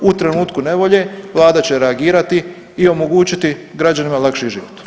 U trenutku nevolje, Vlada će reagirati i omogućiti građanima lakši život.